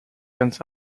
ganz